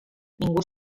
ningú